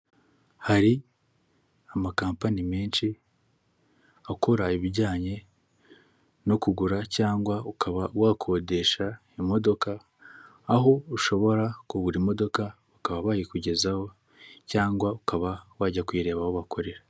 Hari amakampani menshi akora ibijyanye no kugura cyangwa ukaba wakodesha imodoka, aho ushobora kugura imodoka ukaba bayikugezaho, cyangwa ukaba wajya kuyireba aho bakorera.